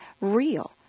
real